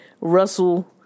Russell